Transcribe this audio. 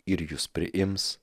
ir jus priims